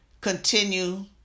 continue